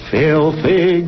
filthy